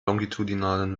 longitudinalen